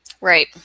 Right